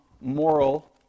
moral